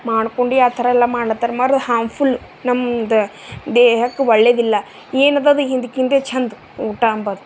ಮಾಡ್ಕೊಂಡು ಆ ಥರಯೆಲ್ಲ ಮಾಡ್ಲತ್ತಾರ ಮಾಡ್ರ ಹಾರ್ಮ್ಫುಲ್ ನಮ್ದು ದೇಹಕ್ಕೆ ಒಳ್ಳೇದಿಲ್ಲ ಏನದದು ಹಿಂದ್ಕಿಂದೆ ಛಂದ್ ಊಟ ಅಂಬದು